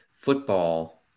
Football